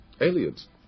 aliens